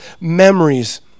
memories